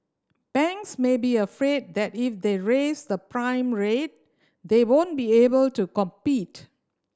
banks may be afraid that if they raise the prime rate they won't be able to compete